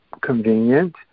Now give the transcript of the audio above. convenient